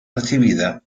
recibida